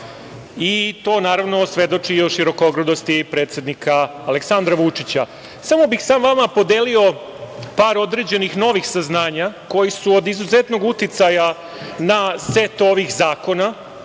mleko. To svedoči o širokogrudosti predsednika Aleksandra Vučića. Samo bih sa vama podelio par određenih novih saznanja, koji su od izuzetnog uticaja na set ovih zakona